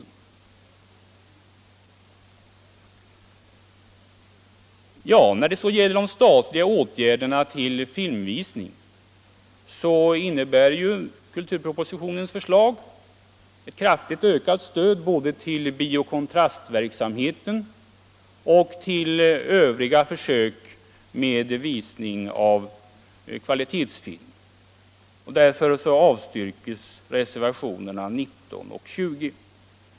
När det gäller de statliga åtgärderna för filmvisning innebär kulturpropositionens förslag ett kraftigt ökat stöd både till Bio Kontrast-verksamheten och till övriga försök med visning av kvalitetsfilm. Därför avstyrks reservationerna 19 och 20.